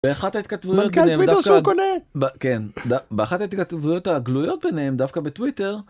באחת התכתבויות הגלויות ביניהם דווקא בטוויטר.